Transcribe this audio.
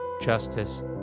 justice